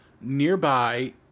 nearby